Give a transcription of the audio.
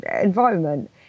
environment